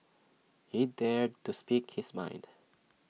he dared to speak his mind